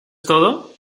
todo